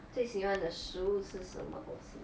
最喜欢的食物是什么东西